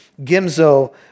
Gimzo